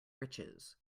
riches